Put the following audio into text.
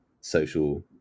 social